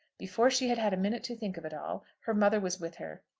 before she had had a minute to think of it all, her mother was with her.